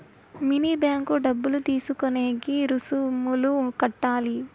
mini bank డబ్బులు తీసుకునేకి రుసుములు కట్టాలి